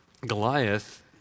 Goliath